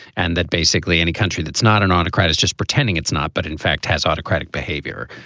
and that basically any country that's not an autocrat is just pretending it's not. but in fact, has autocratic behavior.